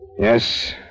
Yes